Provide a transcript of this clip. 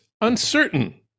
uncertain